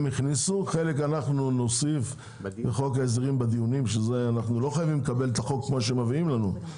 יכניסו וחלק אנחנו נוסיף בדיונים על חוק ההסדרים.